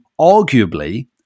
arguably